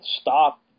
stop